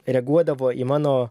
reaguodavo į mano